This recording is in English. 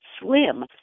slim